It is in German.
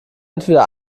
entweder